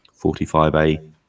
45A